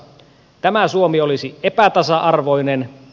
tämä suomi olisi epätasa arvoinen